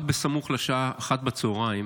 רק בסמוך לשעה 13:00 בצוהריים